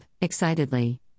excitedly